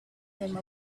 him